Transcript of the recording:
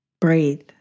Breathe